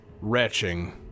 retching